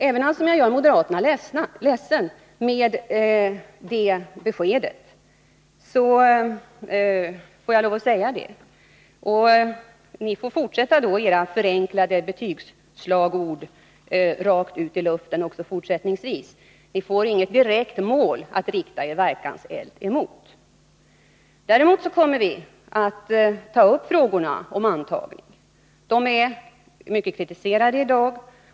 Även om jag gör moderaterna ledsna med detta besked, får jag lov att säga det. Ni får komma med era förenklade betygsslagord rakt ut i luften också fortsättningsvis. Ni får inget direkt mål att rikta er verkanseld mot. Däremot kommer vi att ta upp frågorna om antagningen, som är mycket kritiserad i dag.